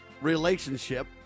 relationship